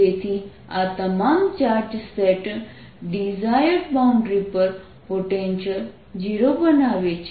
તેથી આ તમામ ચાર્જ સેટ ડિઝાયર્ડ બાઉન્ડ્રી પર પોટેન્શિયલ 0 બનાવે છે